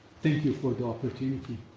thank you for the opportunity.